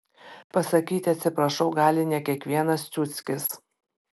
pasakyti atsiprašau gali ne kiekvienas ciuckis